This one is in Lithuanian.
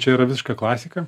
čia yra visiška klasika